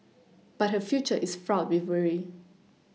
but her future is fraught with worry